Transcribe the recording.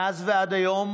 מאז ועד היום,